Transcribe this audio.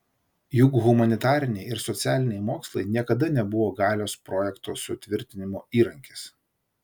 juk humanitariniai ir socialiniai mokslai niekada nebuvo galios projekto sutvirtinimo įrankis